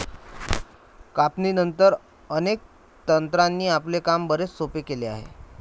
कापणीनंतर, अनेक तंत्रांनी आपले काम बरेच सोपे केले आहे